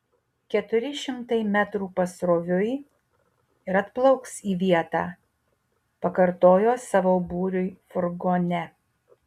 keturi šimtai metrų pasroviui ir atplauks į vietą pakartojo savo būriui furgone